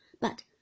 But—